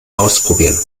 ausprobieren